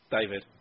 David